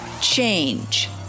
Change